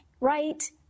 right